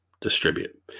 distribute